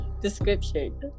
description